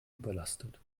überlastet